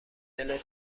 دلت